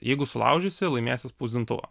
jeigu sulaužysi laimėsi spausdintuvą